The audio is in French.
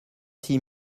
six